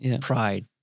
Pride